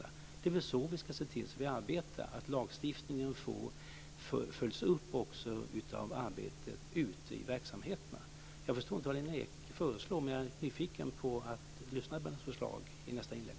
Det är väl så vi ska se till att vi arbetar, att lagstiftningen också följs upp i arbetet ute i verksamheterna? Jag förstår inte vad Lena Ek föreslår, men jag är nyfiken på att lyssna på hennes förslag i nästa inlägg.